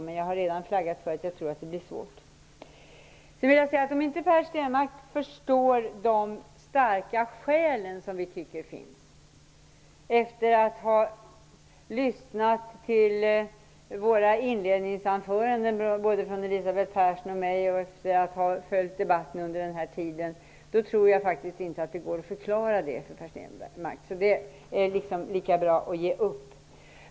Men jag har redan flaggat för att jag tror att det blir svårt. Om inte Per Stenmarck, efter att lyssnat på Elisabeth Perssons och mitt inledningsanförande och efter att ha följt debatten, förstår de starka skäl som vi anser föreligger tror jag faktiskt inte att det går att förklara för Per Stenmarck. Det är lika bra att ge upp.